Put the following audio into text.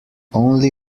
only